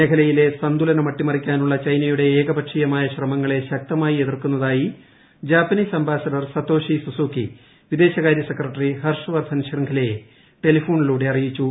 മേഖലയിലെ സംതുലനം അട്ടിമറിക്കാനുള്ള ചൈനയുടെ ഏകപക്ഷീയമായ ശ്രമങ്ങളെ ശക്തമായി എതിർക്കുന്നതായി ജാപ്പനീസ് അംബാസഡർ സതോഷി സുസുക്കി വിദേശകാര്യ സെക്രട്ടറി ഹർഷ് വർധൻ ശൃംഖലയെ ടെലിഫോണിലൂടെ അറിയിച്ചു